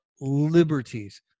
liberties